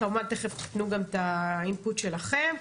כמובן תכף תתנו גם את האינפוט שלכם.